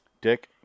Dick